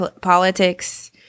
Politics